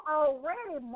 already